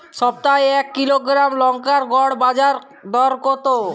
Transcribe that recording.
সপ্তাহে এক কিলোগ্রাম লঙ্কার গড় বাজার দর কতো?